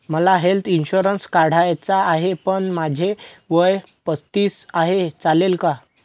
मला health insurance काढायचा आहे पण माझे वय पस्तीस आहे, चालेल का?